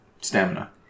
stamina